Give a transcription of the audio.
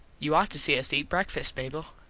you ought to see us eat breakfast, mable.